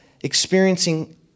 experiencing